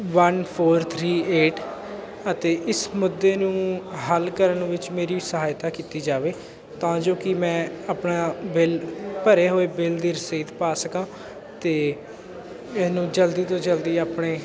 one four three eight ਅਤੇ ਇਸ ਮੁੱਦੇ ਨੂੰ ਹੱਲ ਕਰਨ ਵਿੱਚ ਮੇਰੀ ਸਹਾਇਤਾ ਕੀਤੀ ਜਾਵੇ ਤਾਂ ਜੋ ਕਿ ਮੈਂ ਆਪਣਾ ਬਿੱਲ ਭਰੇ ਹੋਏ ਬਿਲ ਦੀ ਰਸੀਦ ਪਾ ਸਕਾਂ ਅਤੇ ਇਹਨੂੰ ਜਲਦੀ ਤੋਂ ਜਲਦੀ ਆਪਣੇ